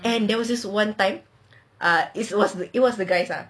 and there was this one time it was the it was the guys ah